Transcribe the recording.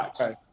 Okay